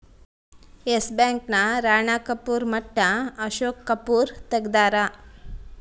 S bank ನ ರಾಣ ಕಪೂರ್ ಮಟ್ಟ ಅಶೋಕ್ ಕಪೂರ್ ತೆಗ್ದಾರ